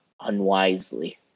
unwisely